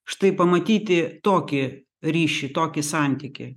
štai pamatyti tokį ryšį tokį santykį